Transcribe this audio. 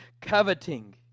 Coveting